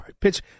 pitch